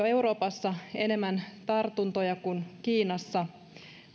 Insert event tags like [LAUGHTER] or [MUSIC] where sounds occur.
[UNINTELLIGIBLE] euroopassa jo enemmän tartuntoja kuin kiinassa